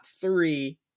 three